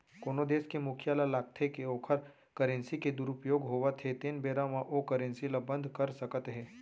कोनो देस के मुखिया ल लागथे के ओखर करेंसी के दुरूपयोग होवत हे तेन बेरा म ओ करेंसी ल बंद कर सकत हे